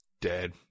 Dead